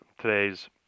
today's